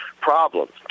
problems